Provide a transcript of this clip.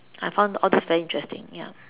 I found all this very interesting ya